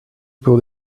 pour